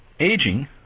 Aging